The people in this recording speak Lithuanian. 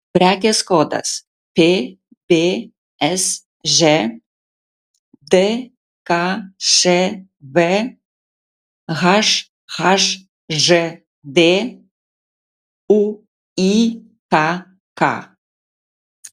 prekės kodas pbsž dkšv hhžd uykk